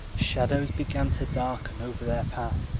shadows began to darken over their path.